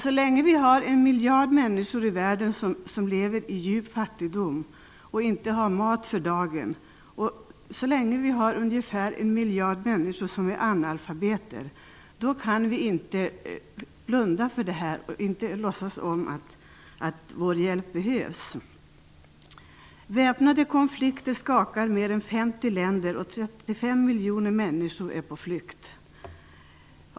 Så länge det finns en miljard människor i världen som lever i djup fattigdom och inte har mat för dagen, och så länge ungefär en miljard människor är analfabeter kan vi inte blunda och låtsas som om vår hjälp inte behövs. Väpnade konflikter skakar mer än 50 länder, och 35 miljoner människor är på flykt.